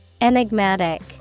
Enigmatic